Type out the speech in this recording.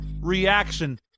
reaction